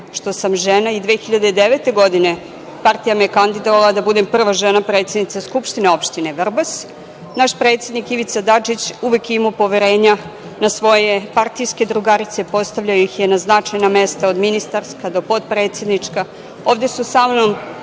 što sam žena. Godine 2009. partija me je kandidovala da budem prva žena predsednica Skupštine opštine Vrbas. Naš predsednik Ivica Dačić uvek je imao poverenja u svoje partijske drugarice, postavljao ih je na značajna mesta, od ministarskih do potpredsedničkih. Ovde su sa mnom